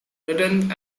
written